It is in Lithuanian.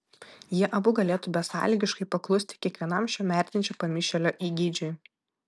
jie abu galėtų besąlygiškai paklusti kiekvienam šio merdinčio pamišėlio įgeidžiui